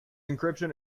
encryption